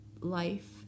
life